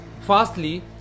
firstly